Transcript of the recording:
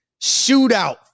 shootout